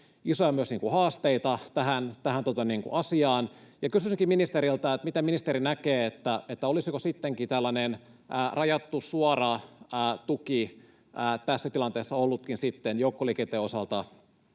isoja haasteita, ja kysyisinkin ministeriltä: miten ministeri näkee, olisiko sittenkin tällainen rajattu suora tuki tässä tilanteessa ollutkin joukkoliikenteen osalta